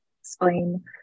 explain